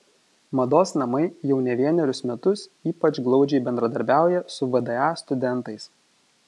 mados namai jau ne vienerius metus ypač glaudžiai bendradarbiauja su vda studentais